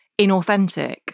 inauthentic